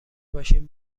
باشیم